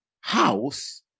house